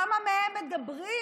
כמה מהם מדברים